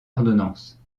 ordonnance